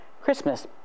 Christmas